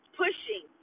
pushing